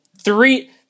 three